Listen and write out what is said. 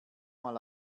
mal